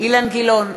אילן גילאון,